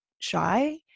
shy